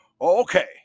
Okay